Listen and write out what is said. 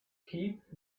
keith